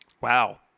Wow